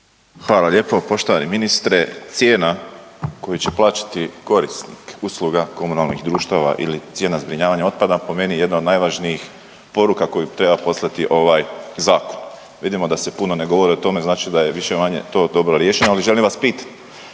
Hvala lijepo. Poštovani ministre cijena koju će plaćati korisnik usluga komunalnih društava ili cijena zbrinjavanja otpada po meni je jedna od najvažnijih poruka koju treba poslati ovaj zakon. Vidimo da se puno ne govori o tome znači da je više-manje to dobro riješeno ali želim vas pitati.